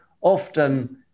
often